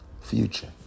future